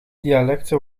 dialecten